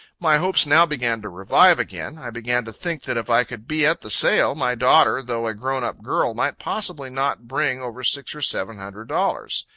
my hopes now began to revive again i began to think that if i could be at the sale, my daughter, though a grown up girl might possibly not bring over six or seven hundred dollars.